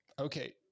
Okay